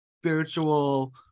spiritual